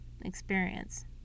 experience